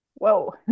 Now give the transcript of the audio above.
Whoa